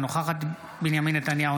אינה נוכחת בנימין נתניהו,